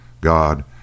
God